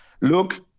Look